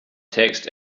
text